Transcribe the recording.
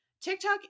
TikTok